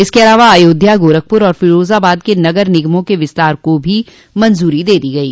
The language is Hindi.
इसके अलावा अयोध्या गोरखपुर और फिरोजाबाद के नगर निगमो के विस्तार को भी मंजूरी दे दी गयी